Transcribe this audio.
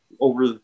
over